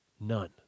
None